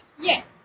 Yes